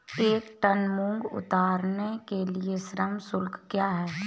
एक टन मूंग उतारने के लिए श्रम शुल्क क्या है?